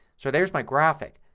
so there's my graphic.